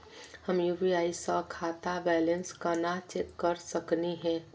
हम यू.पी.आई स खाता बैलेंस कना चेक कर सकनी हे?